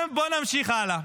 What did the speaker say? עכשיו, בוא נמשיך הלאה: